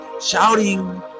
shouting